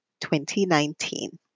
2019